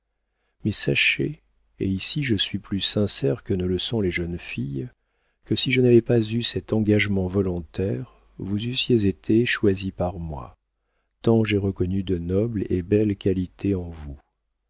mais sachez et ici je suis plus sincère que ne le sont les jeunes filles que si je n'avais pas eu cet engagement volontaire vous eussiez été choisi par moi tant j'ai reconnu de nobles et belles qualités en vous